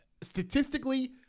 statistically